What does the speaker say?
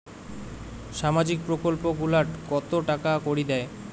সামাজিক প্রকল্প গুলাট কত টাকা করি দেয়?